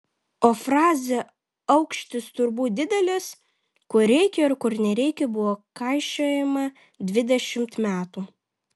o frazė aukštis turbūt didelis kur reikia ir kur nereikia buvo kaišiojama dvidešimt metų